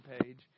page